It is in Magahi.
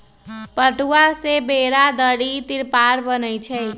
पटूआ से बोरा, दरी, तिरपाल बनै छइ